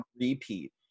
repeat